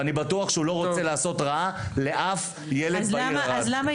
ואני בטוח שהוא לא רוצה לעשות רע לאף ילד בעיר ערד,